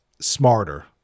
smarter